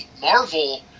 Marvel